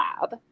lab